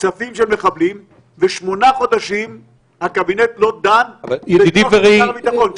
כספים של מחבלים ושמונה חודשים הקבינט לא דן בדיווח של שר הביטחון.